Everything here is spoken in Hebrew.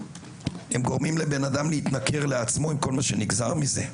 הם גורמים לבן אדם להתנכר לעצמו עם כל מה שנגזר מזה.